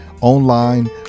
online